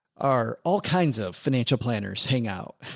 are all kinds of financial planners, hang out.